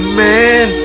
man